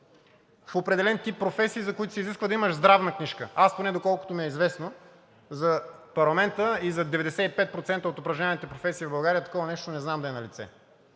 в определен тип професии, за които се изисква да имаш здравна книжка. Аз поне, доколкото ми е известно, за парламента и за 95% от упражняваните професии в България такова нещо не знам да е налице.